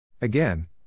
Again